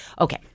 Okay